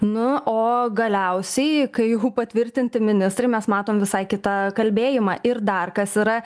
nu o galiausiai kai jau patvirtinti ministrai mes matom visai kitą kalbėjimą ir dar kas yra